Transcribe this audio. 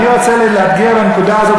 כן, אבל אני רוצה להגיע לנקודה הזאת.